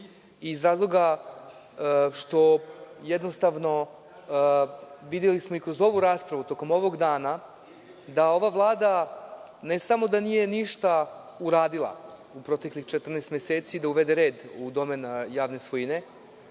iz razloga. Videli smo kroz ovu raspravu, tokom ovog dana, da ova Vlada, ne samo da nije ništa uradila u proteklih 14 meseci, da uvede red u javne svojine.